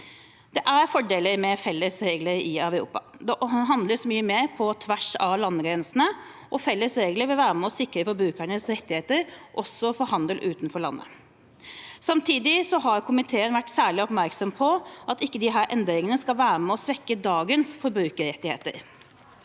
Det er fordeler med felles regler i Europa. Det handles mye mer på tvers av landegrensene, og felles regler vil være med på å sikre forbrukernes rettigheter, også for handel utenfor landet. Samtidig har komiteen vært særlig oppmerksom på at disse endringene ikke skal være med på å svekke dagens forbrukerrettigheter.